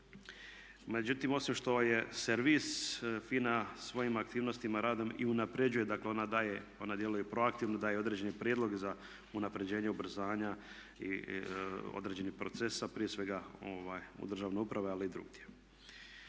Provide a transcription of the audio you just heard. Međutim, osim što je servis FINA svojim aktivnostima, radom i unapređuje, dakle ona djeluje, ona djeluje proaktivno, daje određene prijedloge za unapređenje ubrzanja određenih procesa, prije svega u državnoj upravi, ali i drugdje.